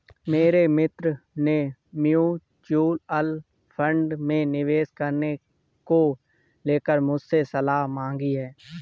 मेरे मित्र ने म्यूच्यूअल फंड में निवेश करने को लेकर मुझसे सलाह मांगी है